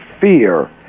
fear